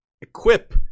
equip